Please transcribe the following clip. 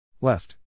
Left